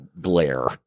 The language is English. glare